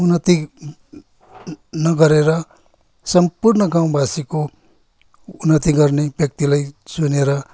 उन्नति नगरेर सम्पूर्ण गाउँवासीको उन्नति गर्ने व्यक्तिलाई चुनेर